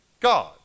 God